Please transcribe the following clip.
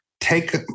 take